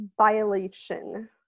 violation